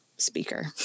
Speaker